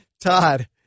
Todd